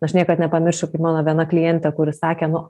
aš niekad nepamiršiu kaip mano viena klientė kuri sakė nu